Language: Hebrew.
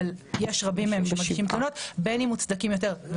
אבל יש רבים מהם - בין אם מוצדקים יותר,